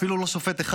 אפילו לא שופט אחד,